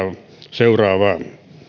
seuraavaa talousvaliokunta